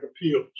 appeals